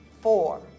four